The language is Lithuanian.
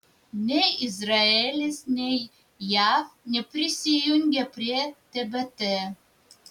nei izraelis nei jav neprisijungė prie tbt